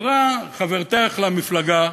אמרה חברתך למפלגה,